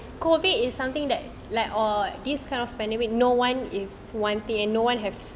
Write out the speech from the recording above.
COVID is something that like all these kind of pandemic no one is wanting and no one has